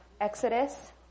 Exodus